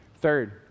Third